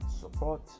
support